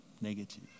negative